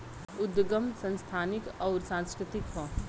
उदगम संस्थानिक अउर सांस्कृतिक हौ